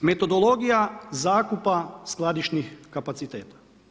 Metodologija zakupa skladišnih kapaciteta.